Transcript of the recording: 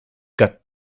got